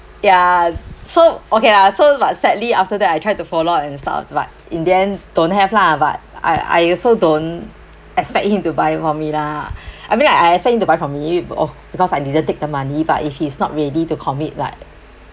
ya so okay lah so but sadly after that I tried to follow up instead but in the end don't have lah but I I also don't expect him to buy from me lah I mean I expect him to buy from me b~ oh because I didn't take the money but if he's not ready to commit like